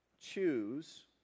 Choose